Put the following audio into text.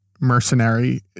mercenary